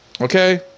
okay